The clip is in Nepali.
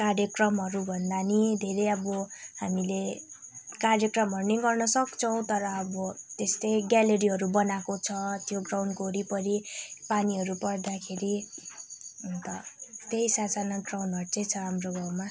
कार्यक्रमहरू भन्दा पनि धेरै अब हामीले कार्यक्रमहरू पनि गर्नसक्छौँ तर अब त्यस्तै ग्यालरीहरू बनाएको छ त्यो ग्राउन्डको वरिपरि पानीहरू पर्दाखेरि अन्त त्यही सासाना ग्राउन्ड चाहिँ छ हाम्रो गाउँमा